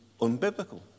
unbiblical